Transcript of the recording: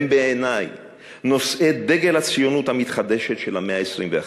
הם בעיני נושאי דגל הציונות המתחדשת של המאה ה-21.